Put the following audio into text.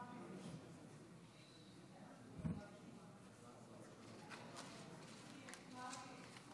חברות וחברי הכנסת,